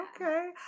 okay